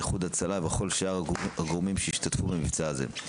איחוד הצלה וכל שאר הגורמים שהשתתפו במבצע הזה.